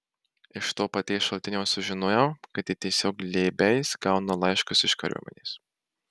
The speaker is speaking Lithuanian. iš to paties šaltinio sužinojau kad ji tiesiog glėbiais gauna laiškus iš kariuomenės